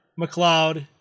McLeod